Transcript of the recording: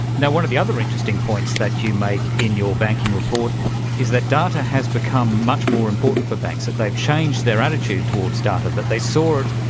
and one of the other interesting points that you make in your banking report is that data has become much more important for banks, that they've changed their attitude towards data, that they saw it,